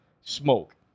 smoke